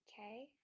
Okay